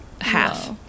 half